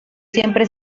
siempre